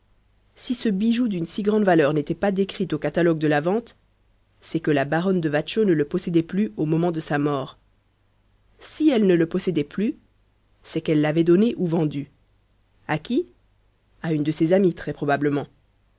si ce bijou d'une si grande valeur n'était pas décrit au catalogue de la vente c'est que la baronne de watchau ne le possédait plus au moment de sa mort si elle ne le possédait plus c'est qu'elle l'avait donné ou vendu à qui à une de ses amies